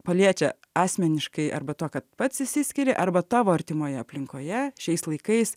paliečia asmeniškai arba tuo kad pats išsiskiri arba tavo artimoje aplinkoje šiais laikais